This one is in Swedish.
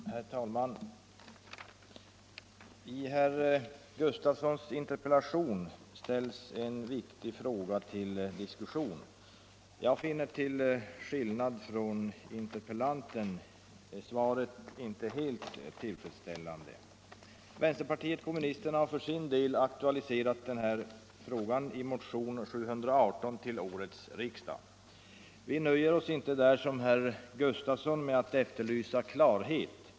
Herr talman! I herr Gustavssons i Eskilstuna interpellation tas en viktig fråga upp till diskussion. Jag finner till skillnad från interpellanten inte svaret helt tillfredsställande. Vänsterpartiet kommunisterna har för sin del aktualiserat den här frågan i motionen 718 till årets riksmöte. Vi nöjer oss inte där med att som herr Gustavsson efterlysa klarhet.